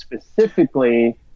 specifically